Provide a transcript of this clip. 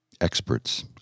Experts